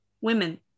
women